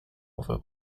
over